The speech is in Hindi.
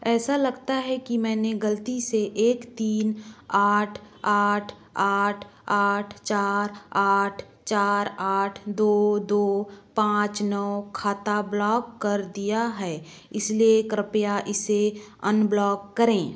ऐसा लगता है कि मैंने गलती से एक तीन आठ आठ आठ आठ चार आठ चार आठ दो दो पाँच नौ खाता ब्लॉक कर दिया है इसलिए कृपया इसे अनब्लॉक करें